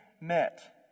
met